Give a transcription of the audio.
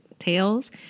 tails